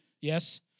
yes